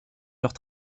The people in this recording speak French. leurs